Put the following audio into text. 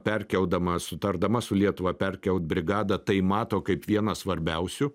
perkeldama sutardama su lietuva perkelt brigadą tai mato kaip vieną svarbiausių